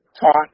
taught